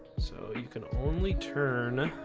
so you can only turn